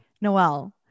Noel